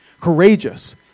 courageous